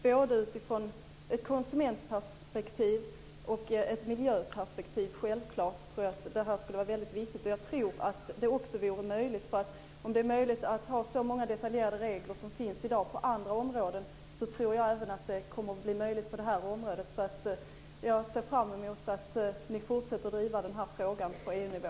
Jag tror att detta är viktigt både i ett konsumentperspektiv och självfallet också i ett miljöperspektiv. Jag tror också att det är möjligt. Om det är möjligt att ha så många detaljerade regler som finns i dag på andra områden så tror jag nämligen även att det kommer att bli möjligt på detta område. Jag ser därför fram emot att ni fortsätter att driva denna fråga på EU-nivå.